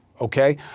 okay